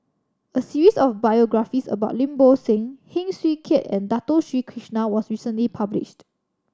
a series of biographies about Lim Bo Seng Heng Swee Keat and Dato Sri Krishna was recently published